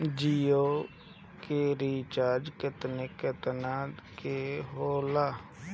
जियो के रिचार्ज केतना केतना के होखे ला?